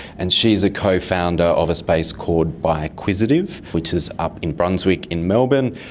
and she is a co-founder of a space called bioquisitive which is up in brunswick in melbourne,